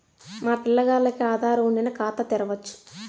మా పిల్లగాల్లకి ఆదారు వుండిన ఖాతా తెరవచ్చు